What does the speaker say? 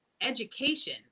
education